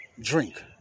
drink